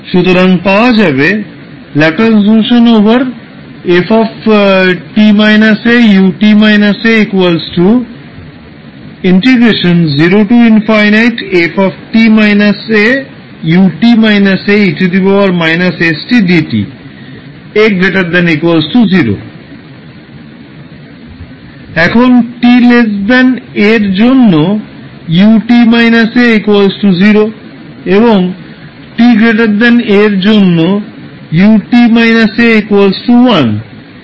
সুতরাং পাওয়া যাবে এখন t a এর জন্য ut − a 0 এবং t a এর জন্য ut − a 1